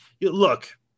look